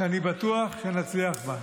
שאני בטוח שנצליח בה.